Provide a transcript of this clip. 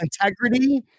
integrity